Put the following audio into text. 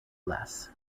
less